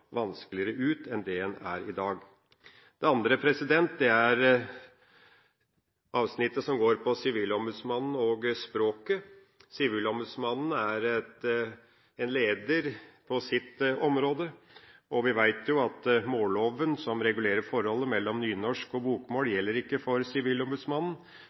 dårligere ut enn i dag. Det andre er avsnittet som går på Sivilombudsmannen og språket. Sivilombudsmannen er en leder på sitt område, og vi vet at målloven, som regulerer forholdet mellom nynorsk og bokmål, ikke gjelder for